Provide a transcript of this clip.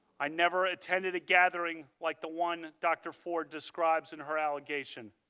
i never attended a gathering like the one dr. ford described in her allegations.